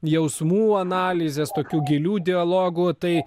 jausmų analizės tokių gilių dialogų tai